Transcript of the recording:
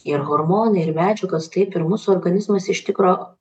ir hormonai ir medžiagos taip ir mūsų organizmas iš tikro